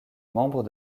membre